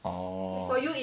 orh